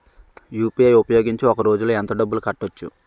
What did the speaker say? UPI ఉపయోగించి ఒక రోజులో ఎంత డబ్బులు కట్టవచ్చు?